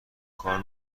کار